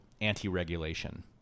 anti-regulation